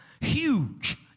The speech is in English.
huge